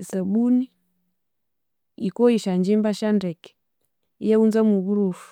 Esabuni yikowaya esyangyimba syandeke iyawunza mwoburofu.